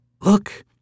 Look